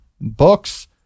books